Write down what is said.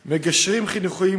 לנושא של מגשרים חינוכיים